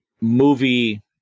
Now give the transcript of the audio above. movie